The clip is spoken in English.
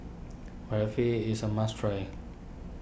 Barfi is a must try